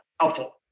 helpful